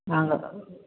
நாங்கள்